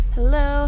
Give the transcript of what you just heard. Hello